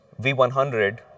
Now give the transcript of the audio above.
V100